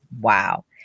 Wow